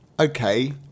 okay